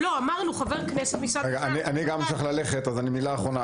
חבר הכנסת בן צור,